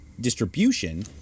distribution